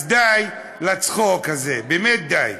אז די לצחוק הזה, באמת די.